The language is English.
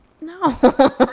No